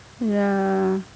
ya